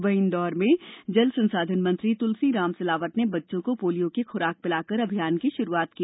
वहीं इंदौर में जल संसाधन मंत्री तुलसीराम सिलावट ने बच्चों को पोलियो की खुराक पिलाकर अभियान की शुरूआत की